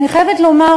אני חייבת לומר